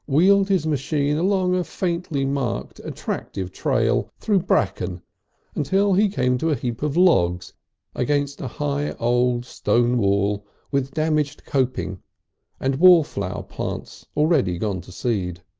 wheeled his machine along a faintly marked attractive trail through bracken until he came to a heap of logs against a high old stone wall with a damaged coping and wallflower plants already gone to seed.